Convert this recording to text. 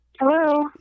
Hello